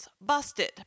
busted